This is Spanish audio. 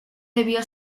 debió